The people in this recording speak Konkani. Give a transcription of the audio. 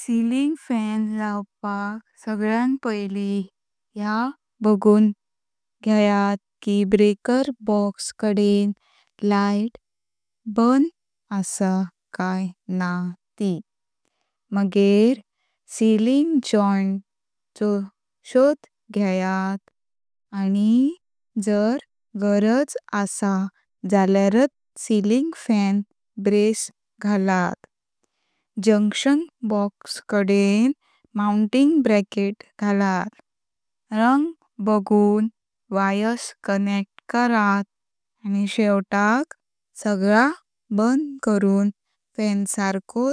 सीलिंग फॅन लावपाक सगळ्यान पयली ह्या बगून घेयात की ब्रेकर बॉक्स कडेन लाइट बंद आसां काए ना त, मगेरी सीलिंग जॉइंट चो शोध घेयात आनि जार गरज आसां जाल्यारात सीलिंग फॅन ब्रेस घालत। जंक्शन बॉक्स कडेन माउंटिंग ब्रॅकेट घालत। रंग बगून वायर्स कनेक्ट करत आनि शेवटाक सगळां बंद करून फॅन सारको